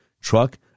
truck